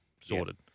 sorted